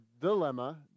dilemma